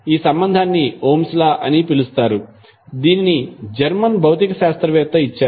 ఈ సంబంధాన్ని Ohm's law Ohms law అని పిలుస్తారు దీనిని జర్మన్ భౌతిక శాస్త్రవేత్త ఇచ్చారు